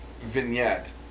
vignette